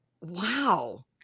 Wow